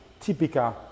Tipica